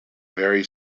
very